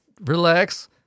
relax